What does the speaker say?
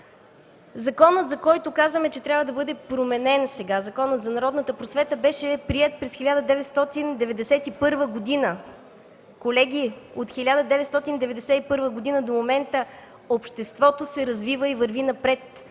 Законът, за който казваме, че трябва да бъде променен сега – Законът за народната просвета, беше променен през 1991 г. Колеги, от 1991 г. до момента обществото се развива и върви напред.